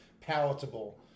palatable